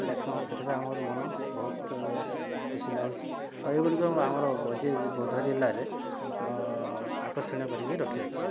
ଦେଖିବା ସେଠାରେ ଆମର ମନ ବହୁତ ଖୁସି ଲାଗୁଛି ଆଉ ଏଗୁଡ଼ିକ ଆମର ବୌଦ୍ଧ ଜିଲ୍ଲାରେ ଅକର୍ଷଣୀୟ କରିକି ରଖିଅଛି